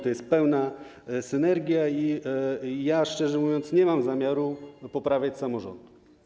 To jest pełna synergia i ja, szczerze mówiąc, nie mam zamiaru poprawiać samorządu.